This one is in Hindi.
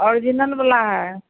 ओरिजिनल वाला है